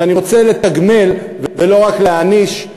ואני רוצה לתגמל ולא רק להעניש,